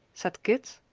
said kit.